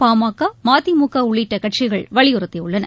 பாமக மதிமுகஉள்ளிட்டகட்சிகள் வலியுறுத்தியுள்ளன